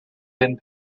thin